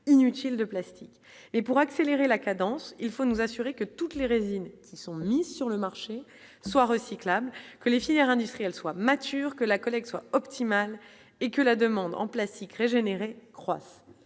inutile de plastique mais pour accélérer la cadence, il faut nous assurer que toutes les résines qui sont mises sur le marché soient recyclables que les filières industrielles soit mature que la collecte soit optimale et que la demande en plastique régénérer croissent,